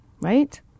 right